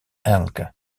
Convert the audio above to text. elke